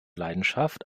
leidenschaft